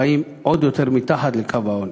חיים עוד יותר מתחת לקו העוני,